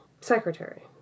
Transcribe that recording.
secretary